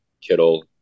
Kittle